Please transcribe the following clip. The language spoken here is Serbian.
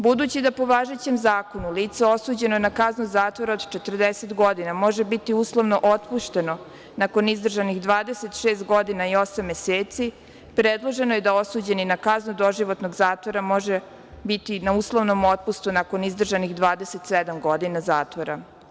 Budući da, po važećem zakonu, lice osuđeno na kaznu zatvora od 40 godina, može biti uslovno otpušteno nakon izdržanih 26 godina i osam meseci, predloženo je da osuđeni na kaznu doživotnog zatvora može biti na uslovnom otpustu nakon izdržanih 27 godina zatvora.